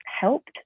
helped